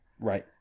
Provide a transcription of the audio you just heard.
Right